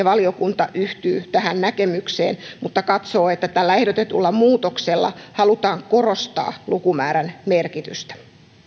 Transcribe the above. valiokunta yhtyy tähän näkemykseen mutta katsoo että tällä ehdotetulla muutoksella halutaan korostaa lukumäärän merkitystä